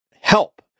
help